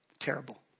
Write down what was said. terrible